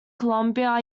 columbia